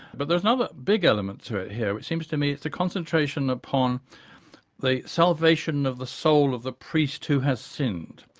but there's another big element to it here which seems to me it's the concentration upon the salvation of the soul of the priest who has sinned.